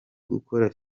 gukora